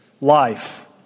life